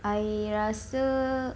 I rasa